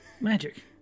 Magic